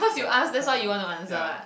becuase um yeah